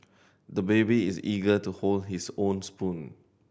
the baby is eager to hold his own spoon